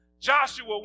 Joshua